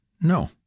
No